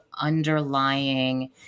underlying